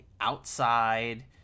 outside